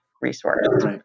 resource